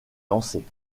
lancée